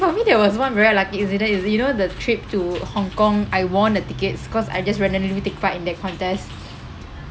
for me there was one very lucky incident is you know the trip to hong kong I won the tickets cause I just randomly take part in that contest